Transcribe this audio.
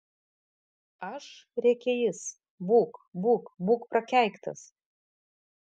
aš rėkė jis būk būk būk prakeiktas